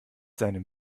seinem